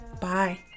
bye